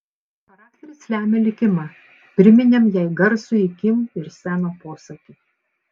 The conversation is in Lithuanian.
charakteris lemia likimą priminėm jai garsųjį kim ir seno posakį